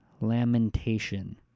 lamentation